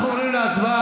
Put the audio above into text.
אנחנו עוברים להצבעה.